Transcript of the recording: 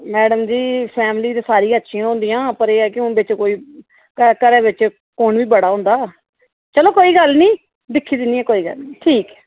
madam ji family ते सारियां अच्छी गै होन्दिया पर एह् ऐ कि हून बिच्च कोई घरा बिच्च कौन बी बड़ा होंदा चलो कोई गल्ल नी दिक्खी दिन्नी आं कोई गल्ल नी